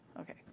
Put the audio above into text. Okay